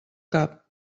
cap